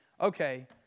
Okay